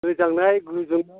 गोजांनाय गोजोमनाय